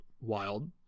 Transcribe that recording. wild